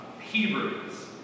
Hebrews